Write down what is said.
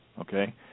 okay